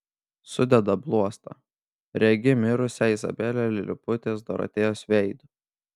sudeda bluostą regi mirusią izabelę liliputės dorotėjos veidu